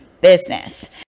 business